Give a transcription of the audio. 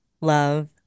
love